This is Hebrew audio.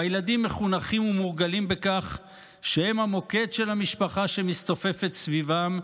והילדים מחונכים ומורגלים בכך שהם המוקד של המשפחה שמסתופפת סביבם,